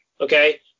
Okay